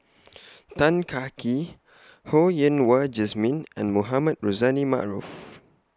Tan Kah Kee Ho Yen Wah Jesmine and Mohamed Rozani Maarof